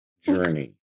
journey